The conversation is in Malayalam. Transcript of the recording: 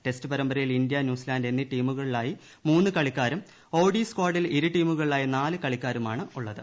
ടെസ്റ്റ് പരമ്പരയിൽ ഇന്ത്യ ന്യൂസിലാന്റ് ടീമുകളിലായ മൂന്ന് കളിക്കാരും ഓഡീ സ്കാഡിൽ ഇരു ടീമുകളിലായി നാല് കളിക്കാരുമാണുള്ളത്